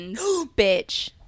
bitch